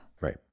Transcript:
Right